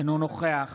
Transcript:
אינו נוכח